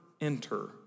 enter